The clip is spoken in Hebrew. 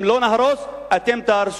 אם לא נהרוס, אתם תהרסו.